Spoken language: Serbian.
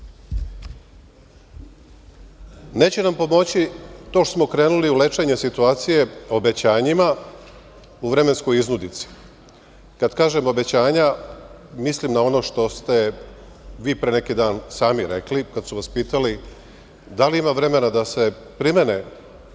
nam pomoći to što smo krenuli u lečenje situacije obećanjima u vremenskoj iznudici. Kada kažem obećanja, mislim na ono što ste vi pre neki dan sami rekli, kada su vas pitali da li ima vremena da se primene dogovori